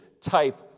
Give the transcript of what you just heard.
type